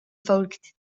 folgt